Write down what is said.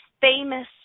famous